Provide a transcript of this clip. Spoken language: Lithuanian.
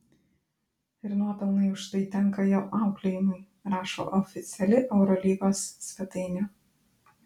ir nuopelnai už tai tenka jo auklėjimui rašo oficiali eurolygos svetainė